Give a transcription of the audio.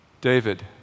David